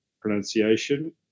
pronunciation